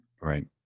Right